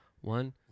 One